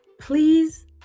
Please